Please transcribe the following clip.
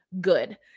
good